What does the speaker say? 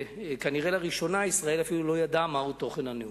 וכנראה לראשונה ישראל אפילו לא ידעה מהו תוכן הנאום.